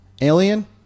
alien